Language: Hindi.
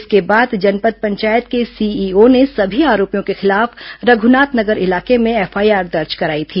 इसके बाद जनपद पंचायत के सीईओ ने सभी आरोपियों के खिलाफ रघुनाथ नगर इलाके में एफआईआर दर्ज कराई थी